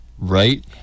Right